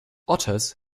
otters